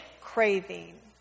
craving